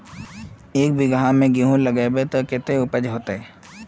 एक बिगहा में गेहूम लगाइबे ते कते उपज होते?